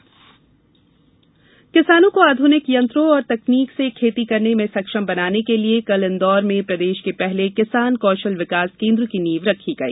कौशल विकास केन्द्र किसानों को आध्निक यंत्रों और तकनीक से खेती करने में सक्षम बनाने के लिए कल इंदौर में प्रदेष के पहले किसान कोषल विकास केंद्र की नींव रखी गई